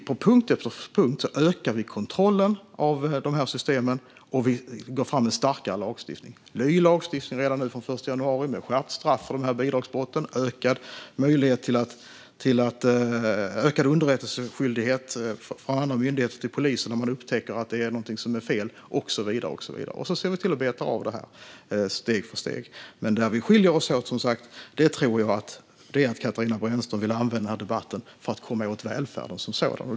På punkt efter punkt ökar vi kontrollen av systemen och går fram med en ny, starkare lagstiftning redan från den 1 januari med skärpt straff för de här bidragsbrotten, ökad underrättelseskyldighet för andra myndigheter till polisen när man upptäcker att något är fel och så vidare. Vi ser till att beta av det steg för steg. Jag och Katarina Brännström skiljer oss åt genom att Katarina Brännström vill använda debatten för att komma åt välfärden som sådan.